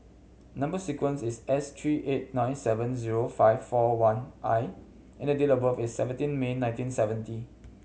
number sequence is S three eight nine seven zero five four one I and the date of birth is seventeen May nineteen seventy